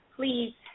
please